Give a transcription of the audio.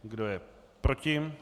Kdo je proti?